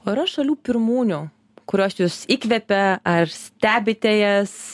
o yra šalių pirmūnių kurios jus įkvepia ar stebite jas